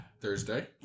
Thursday